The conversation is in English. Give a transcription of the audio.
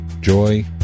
joy